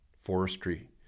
forestry